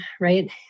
right